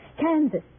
Kansas